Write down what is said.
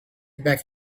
back